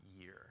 year